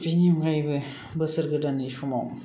बेनि अनगायैबो बोसोर गोदाननि समाव